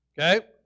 Okay